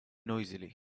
noisily